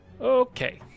Okay